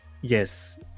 Yes